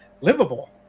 livable